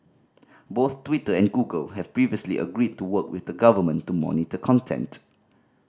both Twitter and Google have previously agreed to work with the government to monitor content